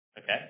Okay